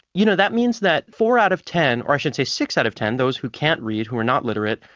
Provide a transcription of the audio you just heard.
you know that means that four out of ten or i should say six out of ten, those who can't read, who are not literate,